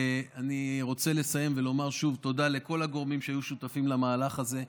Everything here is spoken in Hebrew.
אני רוצה לסיים ולומר שוב תודה לכל הגורמים שהיו שותפים למהלך הזה.